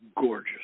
gorgeous